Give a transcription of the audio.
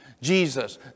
Jesus